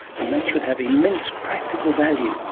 and that should have immense practical value